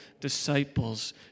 disciples